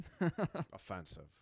offensive